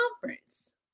conference